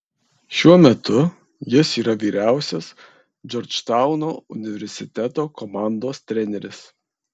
šiuo metu jis yra vyriausias džordžtauno universiteto komandos treneris